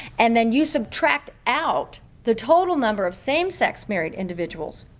and then you subtract out the total number of same-sex married individuals,